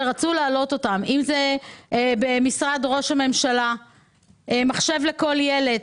שרצו להעלות אותם: במשרד ראש הממשלה מחשב לכל ילד,